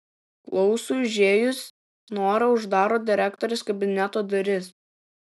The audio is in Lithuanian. klausui užėjus nora uždaro direktorės kabineto duris